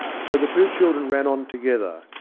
so the two children ran on together,